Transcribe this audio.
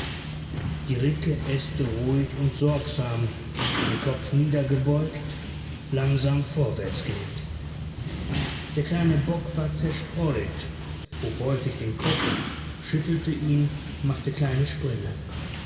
die ricke äste ruhig und sorgsam den kopf niedergebeugt langsam vorwärtsgehend der kleine bock war zerstreut hob häufig den kopf schüttelte ihn machte kleine sprünge